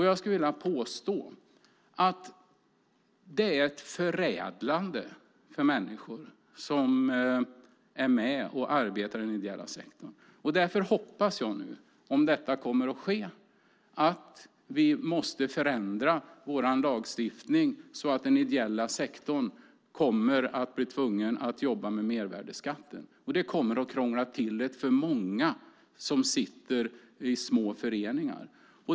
Jag skulle vilja påstå att det är förädlande för människor som är med och arbetar i den ideella sektorn. Om det nu blir så att vi förändrar vår lagstiftning så att den ideella sektorn blir tvungen att jobba med mervärdesskatten kommer det att krångla till det för många i små föreningar.